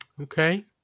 Okay